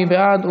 מי בעד?